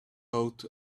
out